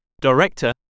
Director